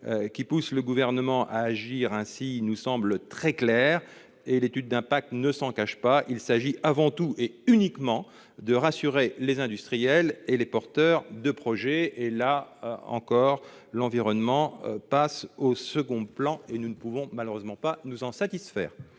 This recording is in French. qui motive le Gouvernement à agir ainsi nous semble très clair- et l'étude d'impact ne le cache pas -: il s'agit avant tout- et uniquement -de rassurer les industriels et les porteurs de projet. Là encore, l'environnement passe au second plan et nous ne pouvons malheureusement pas nous en satisfaire.